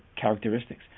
characteristics